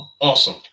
awesome